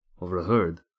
overheard